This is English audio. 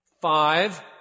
five